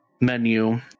Menu